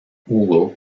hugo